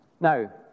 Now